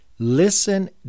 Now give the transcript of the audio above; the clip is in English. Listen